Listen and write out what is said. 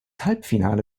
halbfinale